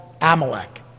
Amalek